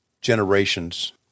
generations